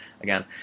again